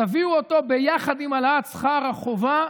תביאו אותו ביחד עם העלאת שכר החובה.